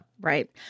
Right